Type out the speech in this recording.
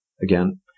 again